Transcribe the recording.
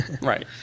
Right